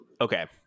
Okay